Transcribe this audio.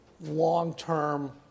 long-term